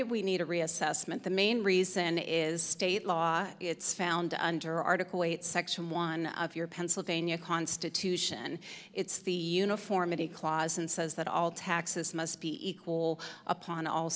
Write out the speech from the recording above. do we need a reassessment the main reason is state law it's found under article eight section one of your pennsylvania constitution it's the uniformity clause and says that all taxes must be equal upon all